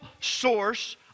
source